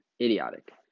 Idiotic